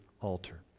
altar